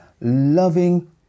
loving